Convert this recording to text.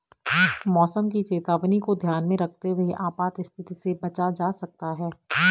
मौसम की चेतावनी को ध्यान में रखते हुए आपात स्थिति से बचा जा सकता है